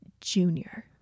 junior